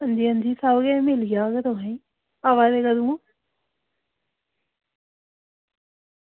अंजी अंजी सब किश मिली जाह्ग तुसेंगी